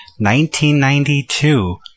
1992